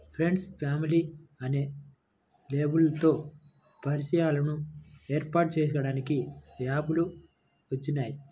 friends, family అనే లేబుల్లతో పరిచయాలను ఏర్పాటు చేసుకోడానికి యాప్ లు వచ్చినియ్యి